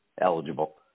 eligible